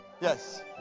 Yes